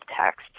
text